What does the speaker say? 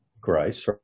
grace